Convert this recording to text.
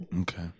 Okay